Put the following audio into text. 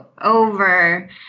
over